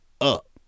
up